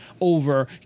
over